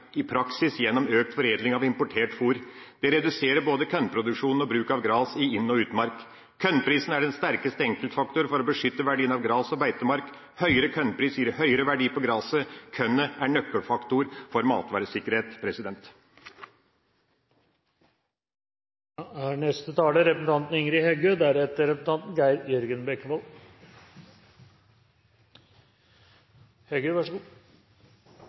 i praksis gjennom økt foredling av importert fôr. Det reduserer både kornproduksjonen og bruk av gras i inn- og utmark. Kornprisen er den sterkeste enkeltfaktor for å beskytte verdien av gras og beitemark. Høyere kornpris gir høyere verdi på graset. Kornet er en nøkkelfaktor for matvaresikkerhet.